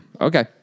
Okay